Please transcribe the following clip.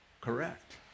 correct